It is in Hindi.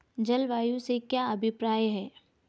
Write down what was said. जलवायु से क्या अभिप्राय है?